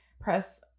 press